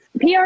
PR